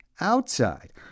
outside